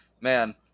man